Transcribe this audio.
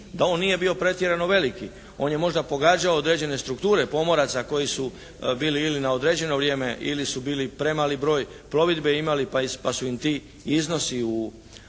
da on nije bio pretjerano veliki. On je možda pogađao određene strukture pomoraca koji su bili ili na određeno vrijeme ili su bili premali broj plovidbe imali pa su im ti iznosi u relativnom